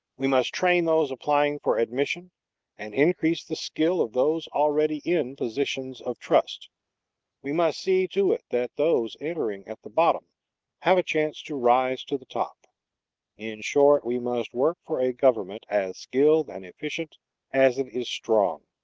we must train those applying for admission and increase the skill of those already in positions of trust we must see to it that those entering at the bottom have a chance to rise to the top in short, we must work for a government as skilled and efficient as it is strong,